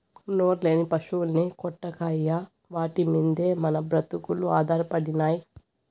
నోరులేని పశుల్ని కొట్టకయ్యా వాటి మిందే మన బ్రతుకులు ఆధారపడినై